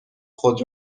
خود